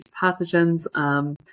pathogens